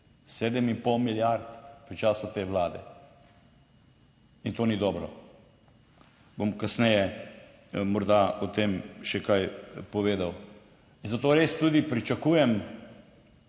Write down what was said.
7,5 milijard v času te Vlade, i to ni dobro. Bom kasneje morda o tem še kaj povedal. In zato res tudi pričakujem.